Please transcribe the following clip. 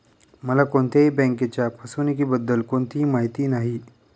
मला कोणत्याही बँकेच्या फसवणुकीबद्दल कोणतीही माहिती नाही